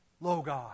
Logos